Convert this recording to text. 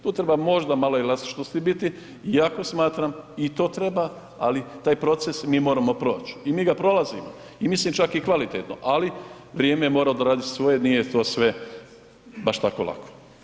Tu treba možda malo elastičnosti biti iako smatram i to treba, ali taj proces mi moramo proći i mi ga prolazimo i mislim čak i kvalitetno, ali vrijeme mora odraditi svoje, nije to sve baš tako lako.